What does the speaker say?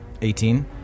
Eighteen